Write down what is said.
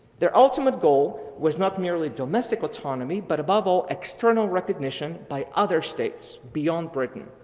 their ultimate goal was not merely domestic autonomy, but above all, external recognition by other states beyond britain.